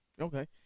Okay